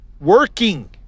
working